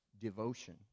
devotion